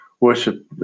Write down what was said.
worship